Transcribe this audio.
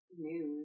news